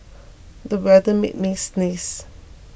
the weather made me sneeze